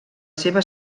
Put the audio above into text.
seva